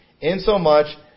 insomuch